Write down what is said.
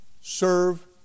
serve